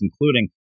including